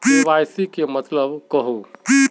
KYC के मतलब केहू?